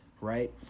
right